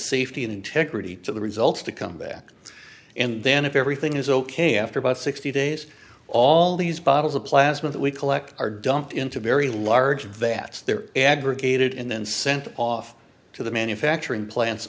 safety and integrity to the results to come back and then if everything is ok after about sixty days all these bottles of plasma that we collect are dumped into very large vats they're aggregated and then sent off to the manufacturing plants